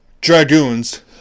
dragoons